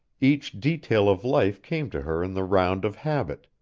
each detail of life came to her in the round of habit,